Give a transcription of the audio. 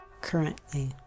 currently